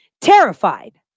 terrified